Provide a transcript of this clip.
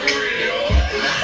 real